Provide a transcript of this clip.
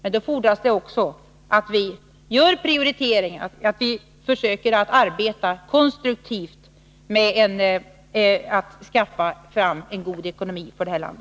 Men det fordras också att vi gör prioriteringar och att vi försöker arbeta konstruktivt med att skapa en god ekonomi för vårt land.